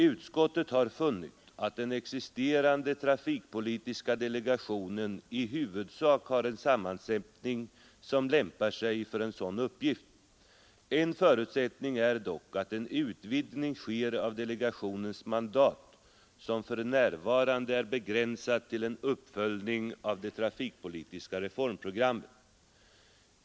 Utskottet har funnit att den existerande trafikpolitiska delegationen i huvudsak har en sammansättning som lämpar sig för en sådan uppgift. En förutsättning är dock att en utvidgning sker av delegationens mandat, som f.n. är begränsat till en uppföljning av det trafikpolitiska reformprogrammet.